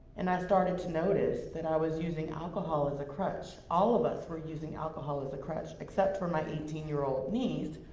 and i started to notice that i was using alcohol as a crutch all of us were using alcohol as a crutch except for my eighteen year old niece,